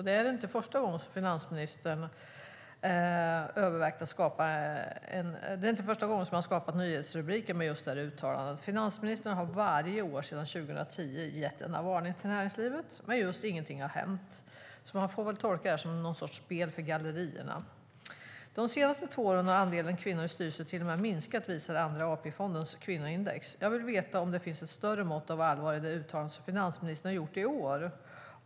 Det är inte första gången som finansministern skapat nyhetsrubriker med just det uttalandet. Finansministern har varje år sedan 2010 gett denna varning till näringslivet. Men inget har hänt." Man får väl tolka det som någon sorts spel för gallerierna. Marie Nordén fortsätter: "De senaste två åren har andelen kvinnor i styrelserna till och med minskat, visar Andra AP-fondens kvinnoindex. Jag vill veta om det finns ett större mått av allvar i det uttalande som finansministern har gjort i år.